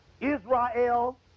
Israel